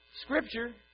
Scripture